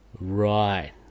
Right